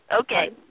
Okay